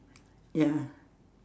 ya